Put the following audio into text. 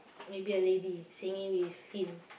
maybe a lady singing with him